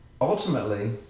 ultimately